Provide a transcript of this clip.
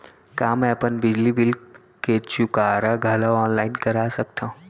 का मैं अपन बिजली बिल के चुकारा घलो ऑनलाइन करा सकथव?